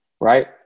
right